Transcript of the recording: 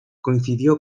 coincidió